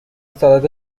سالاد